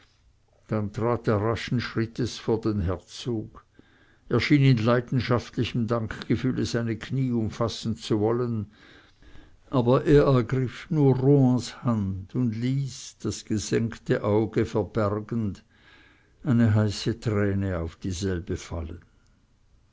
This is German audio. raschen schrittes vor den herzog er schien in leidenschaftlichem dankgefühle seine kniee umfassen zu wollen aber er ergriff nur rohans hand und ließ das gesenkte auge verbergend eine heiße träne auf dieselbe fallen